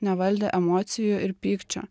nevaldė emocijų ir pykčio